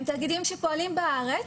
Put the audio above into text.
הם תאגידים שפועלים בארץ,